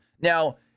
Now